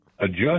adjust